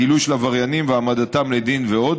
לגילוי של עבריינים והעמדתם לדין ועוד,